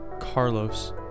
Carlos